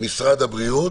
משרד הבריאות.